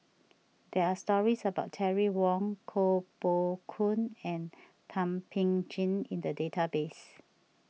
there are stories about Terry Wong Koh Poh Koon and Thum Ping Tjin in the database